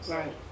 right